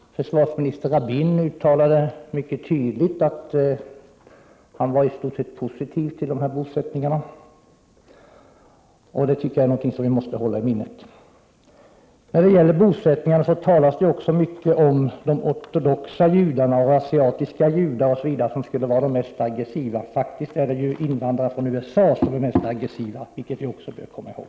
Försvarsminister Rabin uttalade mycket tydligt att han i stort sett var positiv till bosättningarna. Det tycker jag är något som vi måste hålla i minnet. När det gäller bosättningar talas det också mycket om de ortodoxa judarna och om de asiatiska judarna. Det sägs att de skulle vara de mest aggressiva grupperna. Det är faktiskt invandrare från USA som är mest aggressiva, vilket vi också bör komma ihåg.